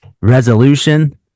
resolution